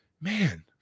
man